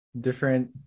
different